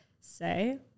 say